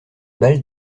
balles